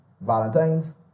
Valentine's